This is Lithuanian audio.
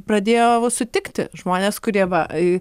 pradėjau sutikti žmones kurie va